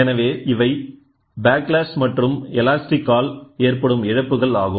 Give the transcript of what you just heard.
எனவேஇவை backlash மற்றும் elastic ஆல் ஏற்படும் இழப்புகள் ஆகும்